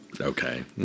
okay